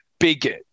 Big